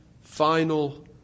final